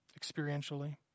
experientially